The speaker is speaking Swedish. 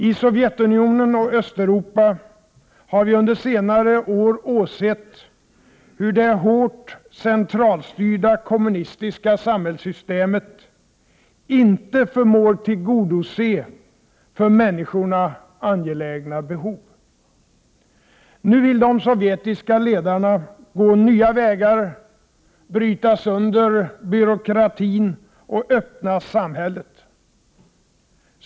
I Sovjetunionen och Östeuropa har vi under senare år åsett hur det hårt centralstyrda kommunistiska samhällssystemet inte förmår tillgodose för människorna angelägna behov. Nu vill de sovjetiska ledarna gå nya vägar, bryta sönder byråkratin och öppna samhället.